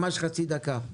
ממש חצי דקה לרשותכם.